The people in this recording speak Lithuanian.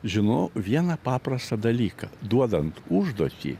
žinau vieną paprastą dalyką duodant užduotį